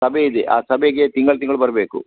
ಸಭೆ ಇದೆ ಆ ಸಭೆಗೆ ತಿಂಗಳು ತಿಂಗಳು ಬರಬೇಕು